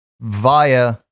via